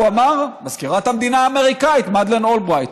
הוא אמר: מזכירת המדינה האמריקנית מדליין אולברייט.